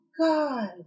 God